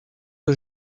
que